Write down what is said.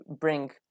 bring